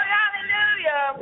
hallelujah